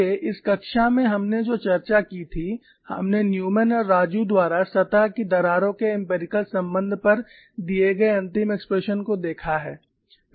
इसलिए इस कक्षा में हमने जो चर्चा की थी हमने न्यूमैन और राजू द्वारा सतह की दरारों के एम्पिरिकल संबंध पर दिए गए अंतिम एक्सप्रेशन को देखा है